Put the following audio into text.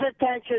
attention